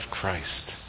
Christ